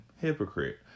hypocrite